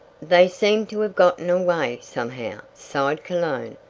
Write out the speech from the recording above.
they seem to have gotten away, somehow, sighed cologne.